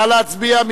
נא להצביע.